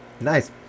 Nice